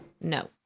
No